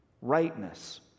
rightness